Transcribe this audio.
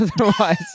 otherwise